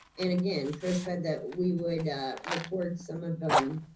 and again, chris said that we would record some of them.